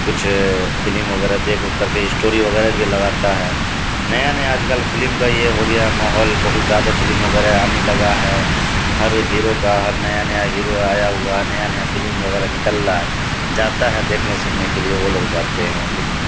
کچھ فلم وغیرہ دیکھ کر کے اسٹوری وغیرہ بھی لگاتا ہے نیا نیا آج کل فلم کا یہ ہو گیا ماحول بہت زیادہ فلم وغیرہ آنے لگا ہے ہر ہیرو کا ہر نیا نیا ہیرو آیا ہوا نیا نیا فلم وغیرہ نکل رہ ہے جاتا ہے دیکھنے سننے کے لیے وہ لوگ جاتے ہیں